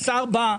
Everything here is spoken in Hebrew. השר בא.